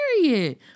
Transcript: Period